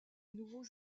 nouveaux